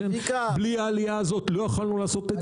בלי העלייה הזו לא יכולנו לעשות את